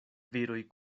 viroj